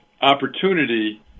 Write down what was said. Opportunity